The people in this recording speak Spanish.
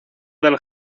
del